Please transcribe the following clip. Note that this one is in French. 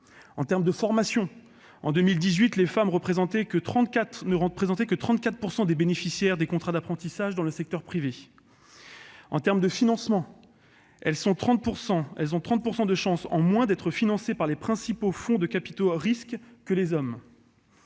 de la formation- en 2018, les femmes ne représentaient que 34 % des bénéficiaires de contrats d'apprentissage dans le secteur privé -, du financement- elles ont 30 % de chances en moins d'être financées par les principaux fonds de capital-risque que les hommes